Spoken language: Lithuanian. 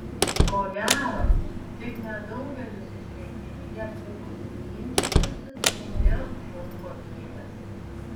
ko gero tik nedaugelis iš renginyje buvusių ginčytųsi dėl šou kokybės